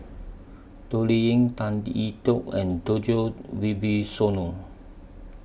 Toh Liying Tan Lee Tee Yoke and Djoko Wibisono